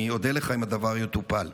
אני אודה לך אם הדבר יטופל.